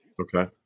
okay